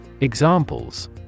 examples